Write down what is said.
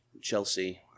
Chelsea